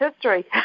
history